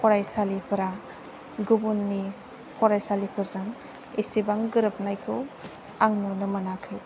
फरायसालिफोरा गुबुननि फरायसालिफोरजों इसेबां गोरोबनायखौ आं नुनो मोनाखै